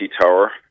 Tower